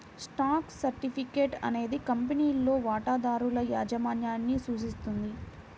stock certificate అనేది కంపెనీలో వాటాదారుల యాజమాన్యాన్ని సూచిస్తుంది